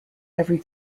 every